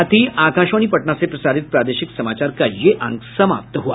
इसके साथ ही आकाशवाणी पटना से प्रसारित प्रादेशिक समाचार का ये अंक समाप्त हुआ